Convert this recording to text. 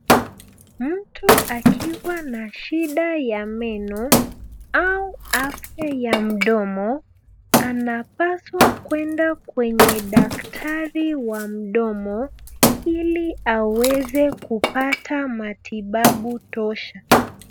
Mtu akiwa na shida ya meno, au afya ya mdomo, anapaswa kwenda kwenye daktari wa mdomo ili aweze kupata matibabu tosha.